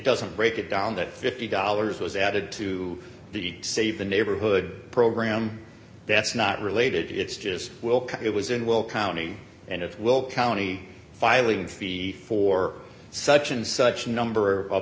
doesn't break it down that fifty dollars was added to the save the neighborhood program that's not related it's just it was in will county and it will county filing fee for such and such number of